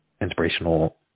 inspirational